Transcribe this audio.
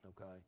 okay